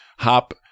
Hop